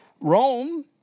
Rome